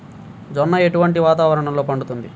జొన్న ఎటువంటి వాతావరణంలో పండుతుంది?